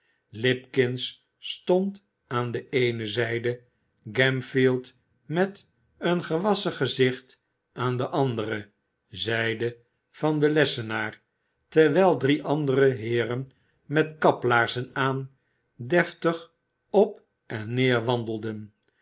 limbkins stond aan de eene zijde gamfield met een gewasschen gezicht aan de andere zijde van den lessenaar terwijl drie andere heeren met kaplaarzen aan deftig op en neer wandelden